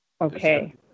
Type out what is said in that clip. okay